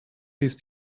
these